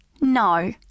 No